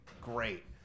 great